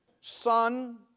Son